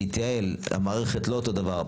זה התייעל, המערכת לא אותו דבר.